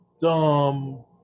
dumb